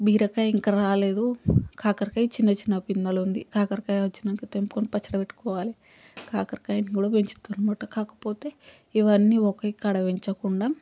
బీరకాయ ఇంకా రాలేదు కాకరకాయ చిన్న చిన్న పిందెలు ఉంది కాకరకాయ వచ్చినాక తెంపుకుని పచ్చడి పెట్టుకోవాలి కాకరకాయని కూడ పెంచుతున్నాం అనమాట కాకపోతే ఇవన్నీ ఒకే కాడ పెంచకుండా